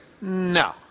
no